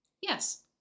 Yes